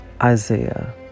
Isaiah